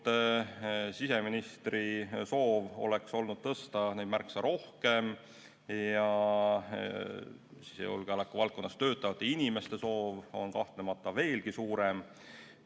siseministri soov oleks olnud tõsta neid märksa rohkem ja sisejulgeoleku valdkonnas töötavate inimeste soov on kahtlemata veelgi suurem.